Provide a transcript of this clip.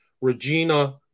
Regina